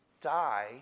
die